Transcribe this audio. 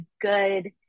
good